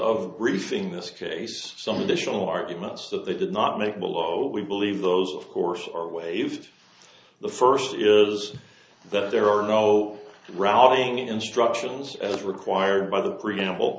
of briefing this case some additional arguments that they did not make below that we believe those of course are way if the first is that there are no routing instructions as required by the preamble